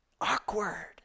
Awkward